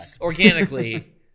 Organically